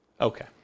Okay